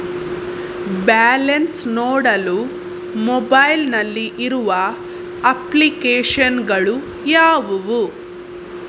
Balance ನೋಡಲು mobile ನಲ್ಲಿ ಇರುವ ಅಪ್ಲಿಕೇಶನ್ ಗಳು ಯಾವುವು?